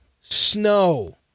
Snow